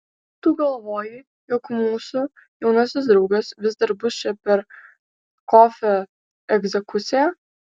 tu galvoji jog mūsų jaunasis draugas vis dar bus čia per kofio egzekuciją